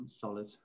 Solid